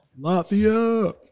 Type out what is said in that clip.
Latvia